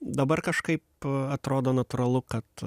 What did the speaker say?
dabar kažkaip atrodo natūralu kad